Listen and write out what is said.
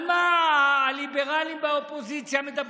על מה הליברלים באופוזיציה מדברים?